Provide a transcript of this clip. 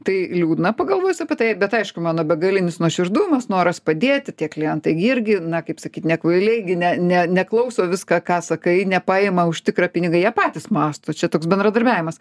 tai liūdna pagalvojus apie tai bet aišku mano begalinis nuoširdumas noras padėti tie klientai gi irgi na kaip sakyt ne kvailiai gi ne ne neklauso viską ką sakai nepaima už tikrą pinigą jie patys mąsto čia toks bendradarbiavimas